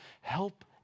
Help